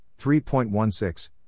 3.16